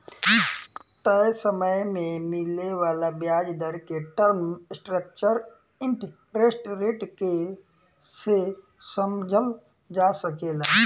तय समय में मिले वाला ब्याज दर के टर्म स्ट्रक्चर इंटरेस्ट रेट के से समझल जा सकेला